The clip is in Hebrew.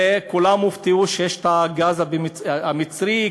וכולם הופתעו שיש הגז המצרי,